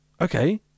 okay